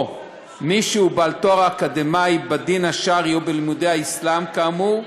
או מי שהוא בעל תואר אקדמי בדין השרעי או בלימודי האסלאם כאמור,